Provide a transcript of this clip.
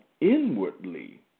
inwardly